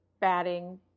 batting